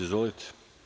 Izvolite.